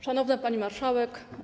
Szanowna Pani Marszałek!